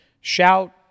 shout